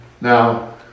Now